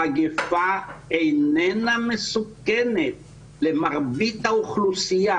המגיפה איננה מסוכנת למרבית האוכלוסייה.